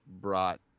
brought